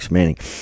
Manning